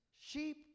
sheep